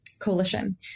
coalition